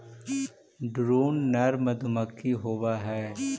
drone नर मधुमक्खी होवअ हई